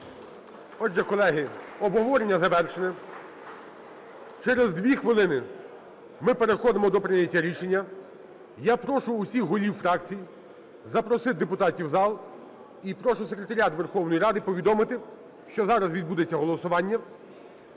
Отже, колеги, обговорення завершене. Через 2 хвилини ми переходимо до прийняття рішення. Я прошу усіх голів фракцій запросити депутатів в зал. І прошу Секретаріат Верховної Ради повідомити, що зараз відбудеться голосування,